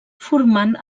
formant